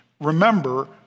Remember